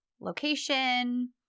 location